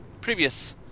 previous